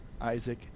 Isaac